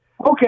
Okay